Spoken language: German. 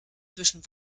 zwischen